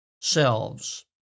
selves